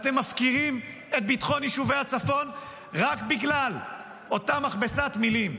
אתם מפקירים את ביטחון יישובי הצפון רק בגלל אותה מכבסת מילים.